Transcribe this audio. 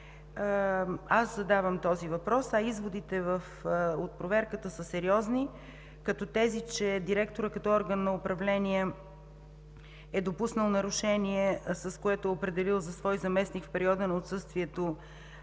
задавам този въпрос. Изводите от проверката са сериозни: директорът, като орган на управление, е допуснал нарушения, като е определил за свой заместник в периода на отсъствието